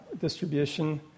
distribution